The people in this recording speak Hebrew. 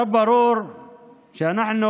ברור שאנחנו